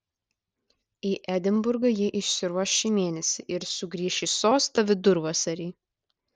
į edinburgą ji išsiruoš šį mėnesį ir sugrįš į sostą vidurvasarį